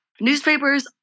newspapers